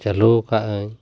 ᱪᱟᱹᱞᱩᱣ ᱟᱠᱟᱫᱟᱹᱧ